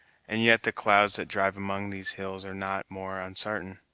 and yet the clouds that drive among these hills are not more unsartain.